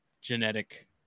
genetic